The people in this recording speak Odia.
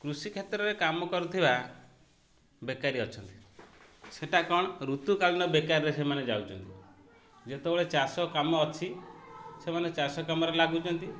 କୃଷି କ୍ଷେତ୍ରରେ କାମ କରୁଥିବା ବେକାରୀ ଅଛନ୍ତି ସେଇଟା କ'ଣ ଋତୁକାଳୀନ ବେକାରୀରେ ସେମାନେ ଯାଉଛନ୍ତି ଯେତେବେଳେ ଚାଷ କାମ ଅଛି ସେମାନେ ଚାଷ କାମରେ ଲାଗୁଛନ୍ତି